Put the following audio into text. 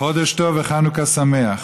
חודש טוב וחנוכה שמח.